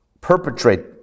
perpetrate